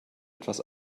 etwas